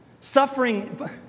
Suffering